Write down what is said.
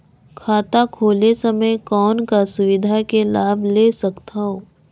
खाता खोले समय कौन का सुविधा के लाभ ले सकथव?